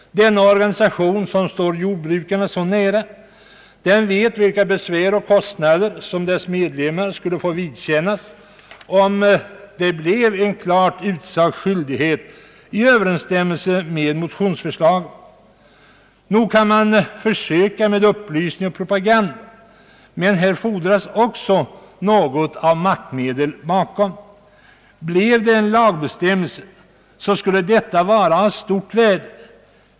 Denna organisation, som står jordbrukarna så nära, vet vilka besvär och kostnader som dess medlemmar skulle få vidkännas, om det blev en klart utsagd skyldighet i överensstämmelse med motionsförslaget. Nog kan man försöka med upplysning och propaganda, men här fordras också något av maktmedel bakom. Om en lagbestämmelse kommit till stånd skulle denna vara av stort värde.